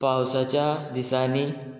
पावसाच्या दिसांनी